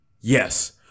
Yes